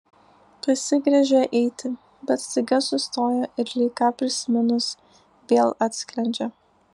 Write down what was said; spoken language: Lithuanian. pasigręžia eiti bet staiga sustoja ir lyg ką prisiminus vėl atsklendžia